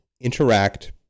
interact